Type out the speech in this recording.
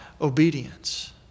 obedience